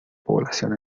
población